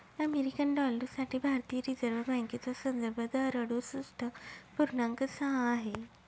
American dollar साठी भारतीय reserve बँकेचा संदर्भ दर अडुसष्ठ पूर्णांक सहा आहे